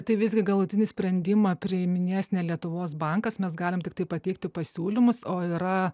tai visgi galutinį sprendimą priiminės ne lietuvos bankas mes galim tiktai pateikti pasiūlymus o yra